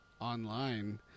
online